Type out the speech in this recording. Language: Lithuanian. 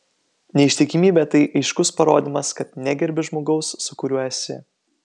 neištikimybė tai aiškus parodymas kad negerbi žmogaus su kuriuo esi